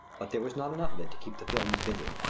but there was not enough of it to keep the films busy.